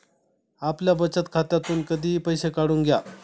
आपल्या बचत खात्यातून कधीही पैसे काढून घ्या